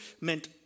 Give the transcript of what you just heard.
meant